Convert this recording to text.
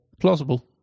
Plausible